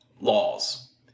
laws